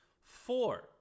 four